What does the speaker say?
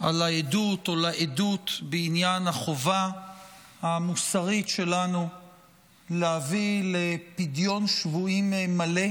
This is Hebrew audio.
לעדות בעניין החובה המוסרית שלנו להביא לפדיון שבויים מלא,